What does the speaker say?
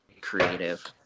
creative